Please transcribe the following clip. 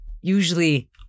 Usually